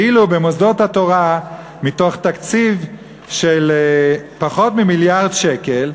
ואילו במוסדות התורה מתוך תקציב של פחות ממיליארד שקל,